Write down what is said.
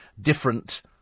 different